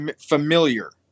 familiar